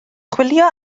chwilio